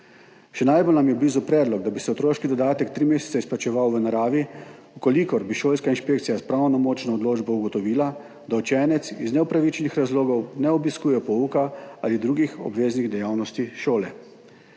Še najbolj blizu nam je predlog, da bi se otroški dodatek tri mesece izplačeval v naravi, če bi šolska inšpekcija s pravnomočno odločbo ugotovila, da učenec iz neupravičenih razlogov ne obiskuje pouka ali drugih obveznih dejavnosti šole.